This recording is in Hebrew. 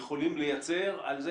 יכולים לייצר על זה